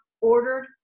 ordered